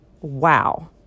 Wow